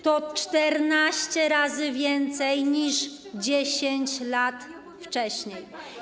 To 14 razy więcej niż 10 lat wcześniej.